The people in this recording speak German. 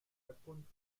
herkunft